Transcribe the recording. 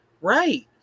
Right